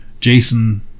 Jason